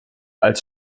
als